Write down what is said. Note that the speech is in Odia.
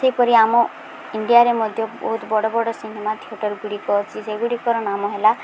ସେହିପରି ଆମ ଇଣ୍ଡିଆରେ ମଧ୍ୟ ବହୁତ ବଡ଼ ବଡ଼ ସିନେମା ଥିଏଟର୍ଗୁଡ଼ିକ ଅଛି ସେଗୁଡ଼ିକର ନାମ ହେଲା